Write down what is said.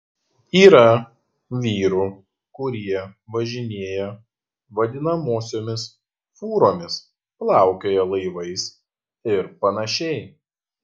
yra vyrų kurie važinėja vadinamosiomis fūromis plaukioja laivais ir panašiai